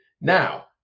Now